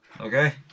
Okay